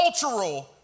cultural